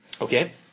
Okay